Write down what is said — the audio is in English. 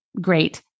great